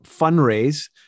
fundraise